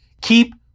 Keep